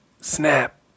snap